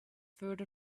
food